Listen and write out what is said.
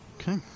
Okay